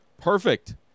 perfect